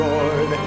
Lord